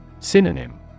Synonym